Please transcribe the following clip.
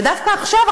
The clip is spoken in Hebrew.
ודווקא עכשיו,